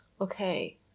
okay